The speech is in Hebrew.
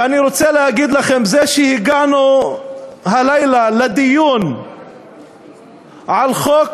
ואני רוצה להגיד לכם שזה שהגענו הלילה לדיון על חוק